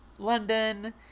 London